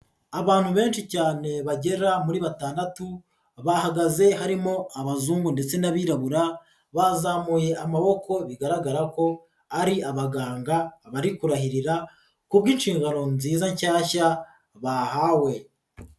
Abantu benshi cyane bagera muri batandatu bahagaze harimo abazungu ndetse n'abirabura bazamuye amaboko bigaragara ko ari abaganga bari kurahirira kubw'inshingano nziza nshyashya bahawe.